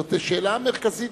זאת שאלה מרכזית.